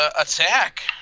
attack